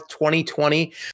2020